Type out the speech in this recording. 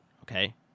okay